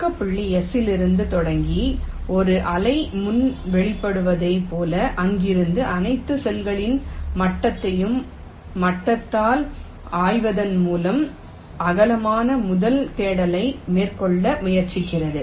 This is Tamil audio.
தொடக்க புள்ளி S இலிருந்து தொடங்கி ஒரு அலை முன் வெளிப்படுவதைப் போல அருகிலுள்ள அனைத்து செல்களின் மட்டத்தையும் மட்டத்தால் ஆராய்வதன் மூலம் அகலமான முதல் தேடலை மேற்கொள்ள முயற்சிக்கிறது